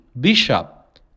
bishop